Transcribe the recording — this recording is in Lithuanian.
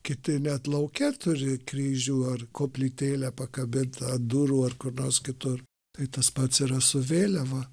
kiti net lauke turi kryžių ar koplytėlę pakabintą ant durų ar kur nors kitur tai tas pats yra su vėliava